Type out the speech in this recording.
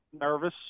Nervous